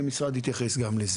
המשרד יתייחס גם לזה.